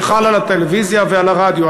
שחל על הטלוויזיה ועל הרדיו,